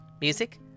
music